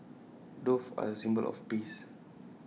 doves are A symbol of peace